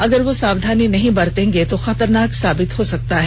अगर वो साक्धानी नहीं बरतेंगे तो खतरनाक साबित हो सकता है